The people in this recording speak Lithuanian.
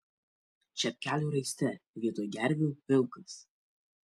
čepkelių raiste vietoj gervių vilkas